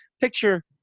picture